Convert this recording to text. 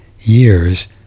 years